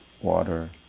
water